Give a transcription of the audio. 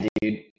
dude